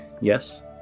yes